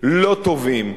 לא טובים,